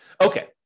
Okay